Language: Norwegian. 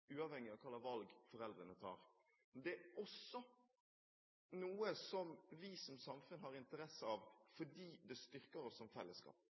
uavhengig av hva slags valg foreldrene tar. Det er også noe som vi som samfunn har interesse av, fordi det styrker oss som fellesskap,